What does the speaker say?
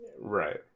right